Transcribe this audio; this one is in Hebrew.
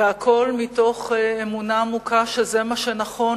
והכול מתוך אמונה עמוקה שזה מה שנכון,